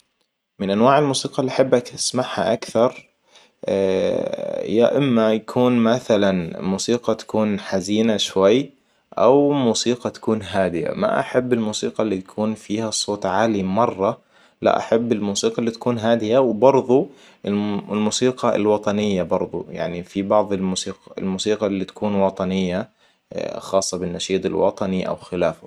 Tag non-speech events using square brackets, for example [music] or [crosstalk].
من أنواع الموسيقى اللي احبك تسمعها اكثر. [hesitation] يا اما يكون مثلاً موسيقى تكون حزينة شوي. او موسيقى تكون هادئة. ما احب الموسيقى اللي يكون فيها الصوت عالي مره. لا أحب الموسيقى اللي تكون هادية وبرضه الموسيقى الوطنية برضو يعني في بعض الموسيقى اللي تكون وطنية خاصة بالنشيد الوطني او خلافه